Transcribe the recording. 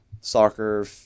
soccer